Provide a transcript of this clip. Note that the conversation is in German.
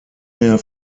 mehr